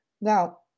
Now